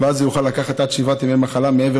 שהוא יוכל לקחת עד שבעת ימי מחלה מעבר